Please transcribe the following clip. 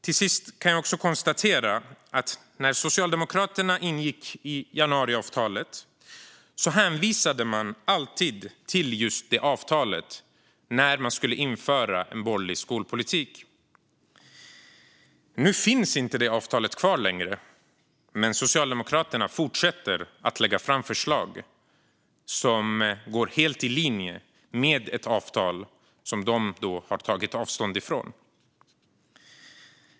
Till sist kan jag konstatera följande: När Socialdemokraterna ingick i januariavtalet hänvisade man alltid till just det avtalet när man skulle införa en borgerlig skolpolitik. Nu finns inte det avtalet kvar längre, men Socialdemokraterna fortsätter att lägga fram förslag som går helt i linje med ett avtal som de har tagit avstånd från.